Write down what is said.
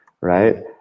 right